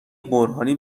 برهانی